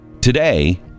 today